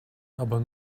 aber